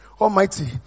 almighty